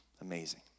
Amazing